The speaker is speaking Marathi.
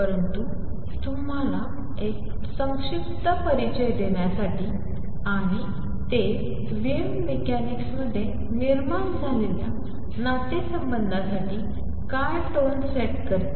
परंतु तुम्हाला एक संक्षिप्त परिचय देण्यासाठी आणि ते वेव्ह मेकॅनिक्समध्ये निर्माण झालेल्या नातेसंबंधांसाठी काय टोन सेट करते